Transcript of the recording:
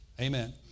Amen